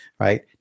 Right